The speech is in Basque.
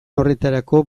horretarako